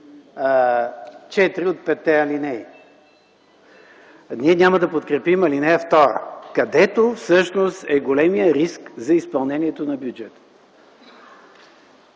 петте алинеи. Ние няма да подкрепим ал. 2, където всъщност е големият риск за изпълнението на бюджета